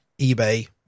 eBay